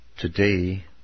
Today